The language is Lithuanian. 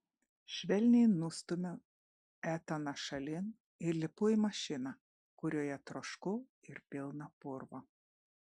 švelniai nustumiu etaną šalin ir lipu į mašiną kurioje trošku ir pilna purvo